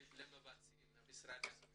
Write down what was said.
על המבצעים במשרד ראש הממשלה.